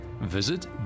visit